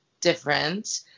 different